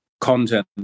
content